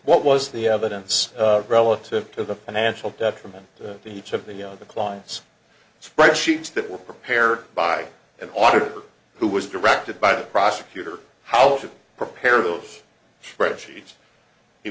what was the evidence relative to the financial detriment to each of the younger clients sprite sheets that were prepared by an auditor who was directed by the prosecutor how to prepare those spreadsheets he